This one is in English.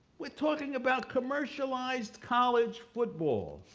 we're talking about commercialized college football.